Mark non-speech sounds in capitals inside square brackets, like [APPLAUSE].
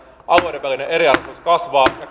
alueiden välinen eriarvoisuus kasvaa ja [UNINTELLIGIBLE]